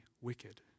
wicked